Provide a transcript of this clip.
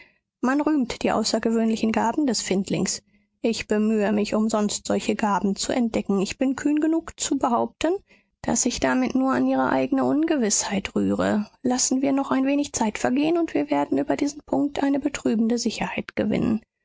man rühmt die außergewöhnlichen gaben des findlings ich bemühe mich umsonst solche gaben zu entdecken ich bin kühn genug zu behaupten daß ich damit nur an ihre eigne ungewißheit rühre lassen wir noch ein wenig zeit vergehen und wir werden über diesen punkt eine betrübende sicherheit gewinnen